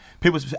people